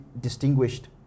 distinguished